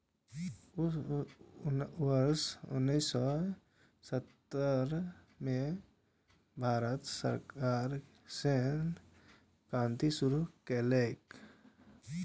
वर्ष उन्नेस सय सत्तर मे भारत सरकार श्वेत क्रांति शुरू केलकै